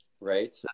right